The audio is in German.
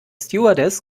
stewardess